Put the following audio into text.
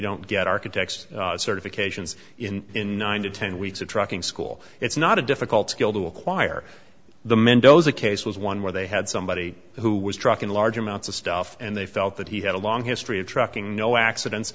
don't get architects certifications in nine to ten weeks of trucking school it's not a difficult skill to acquire the mendoza case was one where they had somebody who was trucking large amounts of stuff and they felt that he had a long history of trucking no accidents